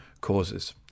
causes